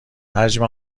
حجم